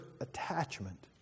attachment